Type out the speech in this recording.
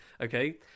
okay